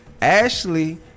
Ashley